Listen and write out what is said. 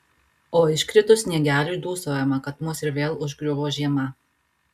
o iškritus sniegeliui dūsaujame kad mus ir vėl užgriuvo žiema